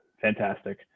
Fantastic